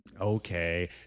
Okay